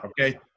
Okay